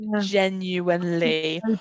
genuinely